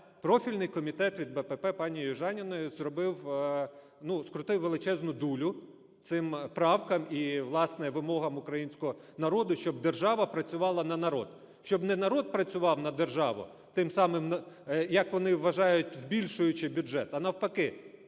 профільний комітет від БПП пані Южаніної зробив, ну, скрутив величезну дулю цим правкам і, власне, вимогам українського народу, щоб держава працювала на народ, щоб не народ працював на державу тим самим, як вони вважають, збільшуючи бюджет, а, навпаки,